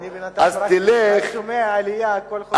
אני בינתיים שומע על עלייה כל חודשיים,